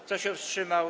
Kto się wstrzymał?